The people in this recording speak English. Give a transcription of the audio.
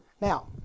now